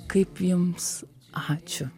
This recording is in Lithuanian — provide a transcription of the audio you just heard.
kaip jums ačiū